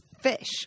fish